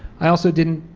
i also didn't,